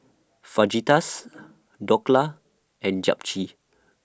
Fajitas Dhokla and Japchae